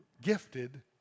gifted